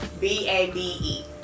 B-A-B-E